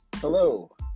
Hello